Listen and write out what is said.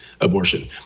abortion